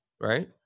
right